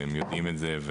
והם יודעים את זה,